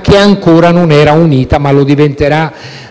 che ancora non era unita, ma che